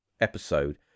episode